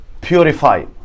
purify